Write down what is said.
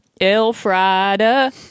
Elfrida